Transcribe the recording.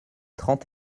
trente